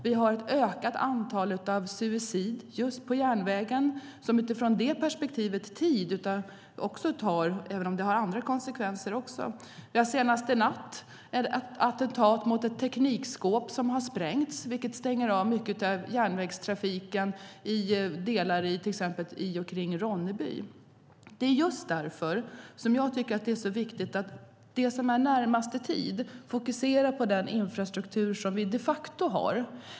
Vi har ett ökat antal suicidfall på just järnvägen, som tar tid även om det har andra konsekvenser också. Vi hade senast i natt ett attentat mot ett teknikskåp som har sprängts, vilket stänger av mycket av järnvägstrafiken i och kring Ronneby. Just därför tycker jag att det är så viktigt att närmast i tid fokusera på den infrastruktur som vi de facto har.